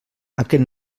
aquest